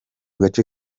gace